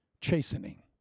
chastening